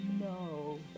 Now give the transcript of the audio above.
No